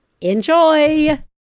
Enjoy